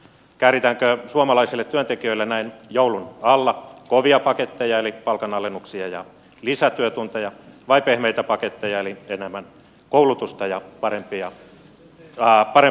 kääritäänkö suomalaisille työntekijöille näin joulun alla kovia paketteja eli palkanalennuksia ja lisätyötunteja vai pehmeitä paketteja eli enemmän koulutusta ja parempaa työhyvinvointia